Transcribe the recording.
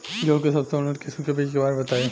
गेहूँ के सबसे उन्नत किस्म के बिज के बारे में बताई?